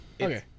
Okay